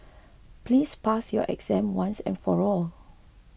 please pass your exam once and for all